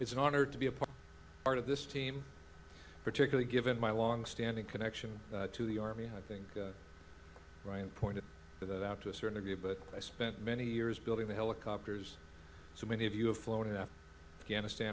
it's an honor to be a part art of this team particularly given my longstanding connection to the army and i think ryan pointed that out to a certain degree but i spent many years building the helicopters so many of you have flown in ghana sta